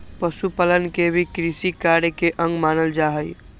पशुपालन के भी कृषिकार्य के अंग मानल जा हई